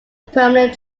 permanent